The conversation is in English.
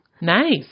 nice